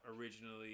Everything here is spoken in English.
originally